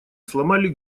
сломали